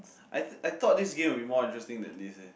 I I thought this game would be more interesting than this leh